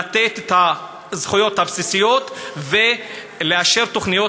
לתת את הזכויות הבסיסיות ולאשר תוכניות